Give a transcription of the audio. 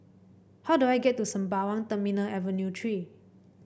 how do I get to Sembawang Terminal Avenue Three